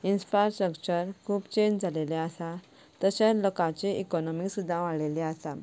infrastructure खूब change जाल्लें आसा तशेंच लोकाची इकॉनॉमी सुद्दां वाडिल्ली आसा